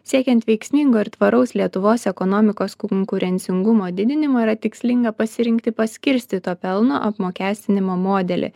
siekiant veiksmingo ir tvaraus lietuvos ekonomikos konkurencingumo didinimo yra tikslinga pasirinkti paskirstyto pelno apmokestinimo modelį